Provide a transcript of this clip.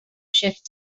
shift